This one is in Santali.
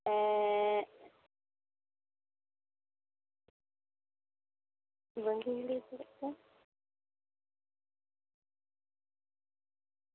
ᱡᱚᱭᱪᱚᱱᱰᱤ ᱯᱚᱨᱮ ᱫᱚ